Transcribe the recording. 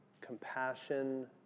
compassion